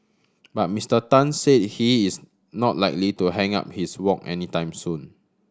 but Mister Tan said he is not likely to hang up his wok anytime soon